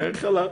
אין חלב.